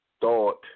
thought